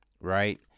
right